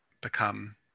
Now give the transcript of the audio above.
become